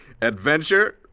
Adventure